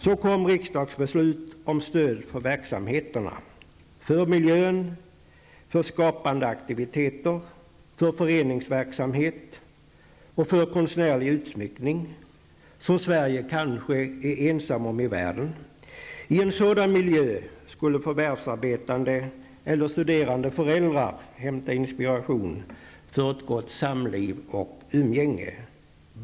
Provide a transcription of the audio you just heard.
Så kom riksdagsbeslut om stöd för verksamheterna, för miljön, för skapande aktiviteter, för föreningsverksamhet och för konstnärlig utsmyckning, som Sverige kanske är ensamt om i världen. I en sådan miljö skulle förvärvsarbetande eller studerande föräldrar hämta inspiration för ett gott samliv och umgänge.